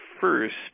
first